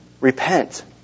Repent